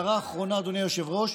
הערה אחרונה, אדוני היושב-ראש.